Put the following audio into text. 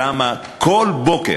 כל בוקר,